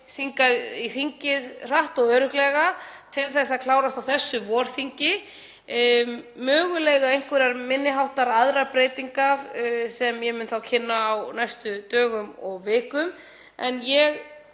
hingað í þingið hratt og örugglega til að klárast á þessu vorþingi, mögulega einhverjar aðrar minni háttar breytingar sem ég mun þá kynna á næstu dögum og vikum. En ég